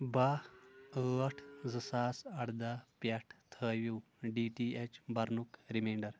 بَہہ ٲٹھ زٟ ساس اردہ پیٚٹھ تھٲیٚو ڈی ٹی ایٚچ برنُک رِمینٛڈر